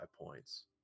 points